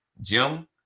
Jim